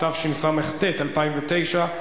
התשס"ט 2009,